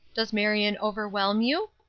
does marion overwhelm you?